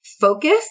focus